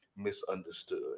Misunderstood